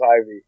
Ivy